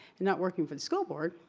and not working for the school board.